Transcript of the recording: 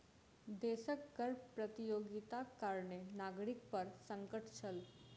देशक कर प्रतियोगिताक कारणें नागरिक पर संकट छल